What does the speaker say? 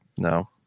No